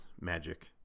magic